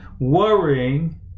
worrying